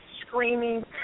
screaming